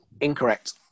Incorrect